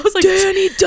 Danny